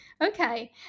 Okay